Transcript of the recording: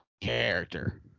character